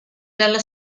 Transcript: dalla